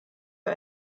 wir